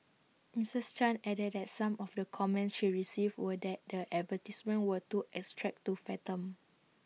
Mrs chan added that some of the comments she received were that the advertisements were too abstract to fathom